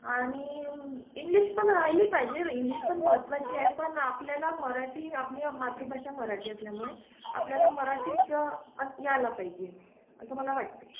आणि इंग्लिश पण राहिली पाहिजे इंग्लिश पण महत्त्वाची आहे पण आपल्याला मराठी आपली मातृभाषा मराठी असल्यामुळे आपल्याला मराठीच असं यायला पाहिजे असं मला वाटते